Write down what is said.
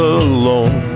alone